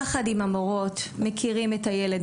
יחד עם המורות מכירים את הילד,